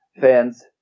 fans